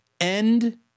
end